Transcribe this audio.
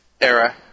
era